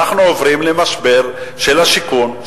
אנחנו עוברים למשבר של השיכון,